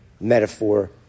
metaphor